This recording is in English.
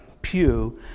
pew